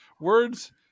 Words